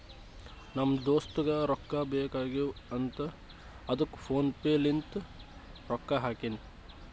ನಮ್ ದೋಸ್ತುಗ್ ರೊಕ್ಕಾ ಬೇಕ್ ಆಗೀವ್ ಅಂತ್ ಅದ್ದುಕ್ ಫೋನ್ ಪೇ ಲಿಂತ್ ರೊಕ್ಕಾ ಹಾಕಿನಿ